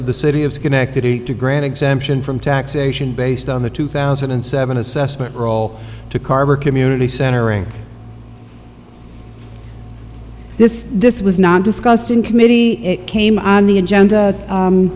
of the city of schenectady to grant exemption from taxation based on the two thousand and seven assessment role to carver community center and this this was not discussed in committee it came on the agenda